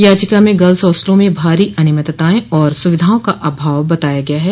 याचिका में गर्ल्स हास्टलों में भारी अनियमितताएं और सुविधाओं का अभाव बताया गया है